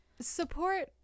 support